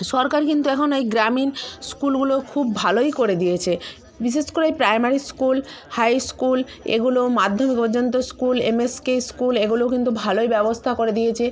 সরকার কিন্তু এখন এই গ্রামীণ স্কুলগুলোও খুব ভালোই করে দিয়েছে বিশেষ করে এই প্রাইমারি স্কুল হাই স্কুল এগুলো মাধ্যমিক পর্যন্ত স্কুল এমএসকে স্কুল এগুলোও কিন্তু ভালোই ব্যবস্তা করে দিয়েছে